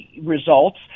results